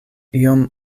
iom